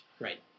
Right